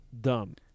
dumb